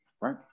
right